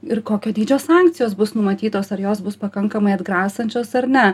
ir kokio dydžio sankcijos bus numatytos ar jos bus pakankamai atgrasančios ar ne